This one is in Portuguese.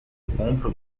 compram